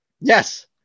Yes